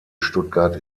stuttgart